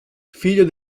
figlio